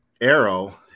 arrow